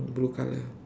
blue color